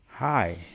Hi